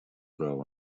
grow